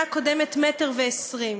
בשנה הקודמת, במטר ו-20 ס"מ.